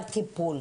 בר-טיפול.